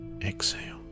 exhale